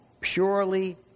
purely